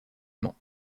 mans